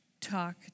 talk